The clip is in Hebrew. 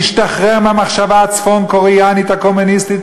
להשתחרר מהמחשבה הצפון-קוריאנית הקומוניסטית